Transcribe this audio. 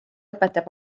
õpetaja